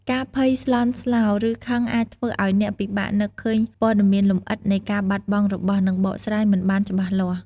ការភ័យស្លន់ស្លោ ឬខឹងអាចធ្វើឲ្យអ្នកពិបាកនឹកឃើញព័ត៌មានលម្អិតនៃការបាត់បង់របស់ និងបកស្រាយមិនបានច្បាស់លាស់។